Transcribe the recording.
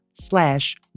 slash